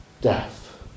death